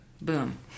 Boom